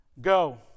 Go